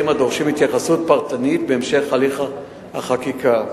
הדורשים התייחסות פרטנית בהמשך הליך החקיקה: